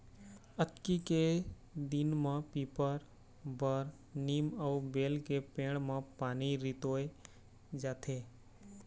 अक्ती के दिन म पीपर, बर, नीम अउ बेल के पेड़ म पानी रितोय जाथे